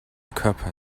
körper